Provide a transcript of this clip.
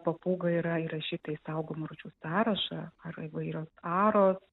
papūga yra įrašyta į saugomų rūšių sąrašą ar įvairios aros